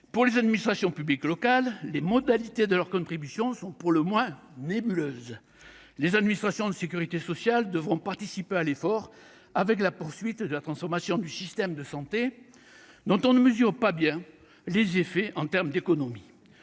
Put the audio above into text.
Pour les administrations publiques locales, les modalités de leur contribution sont pour le moins nébuleuses. Les administrations de sécurité sociale devront participer à l'effort avec la poursuite de la transformation du système de santé, dont on ne mesure pas bien les effets en termes d'économies.